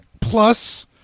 Plus